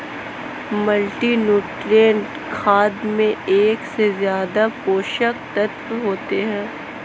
multinutrient खाद में एक से ज्यादा पोषक तत्त्व होते है